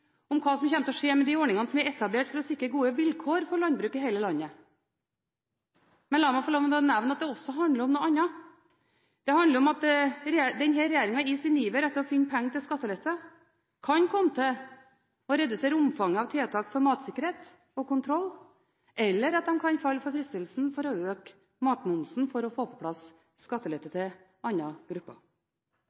ordningene som er etablert for å sikre gode vilkår for landbruk i hele landet, men la meg få lov til å nevne at det også handler om noe annet. Det handler om at denne regjeringen – i sin iver etter å finne penger til skattelette – kan komme til å redusere omfanget av tiltak for matsikkerhet og kontroll, eller at de kan falle for fristelsen til å øke matmomsen for å få på plass skattelette til andre grupper.